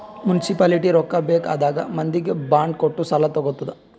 municipality ರೊಕ್ಕಾ ಬೇಕ್ ಆದಾಗ್ ಮಂದಿಗ್ ಬಾಂಡ್ ಕೊಟ್ಟು ಸಾಲಾ ತಗೊತ್ತುದ್